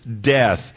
death